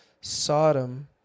Sodom